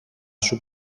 σου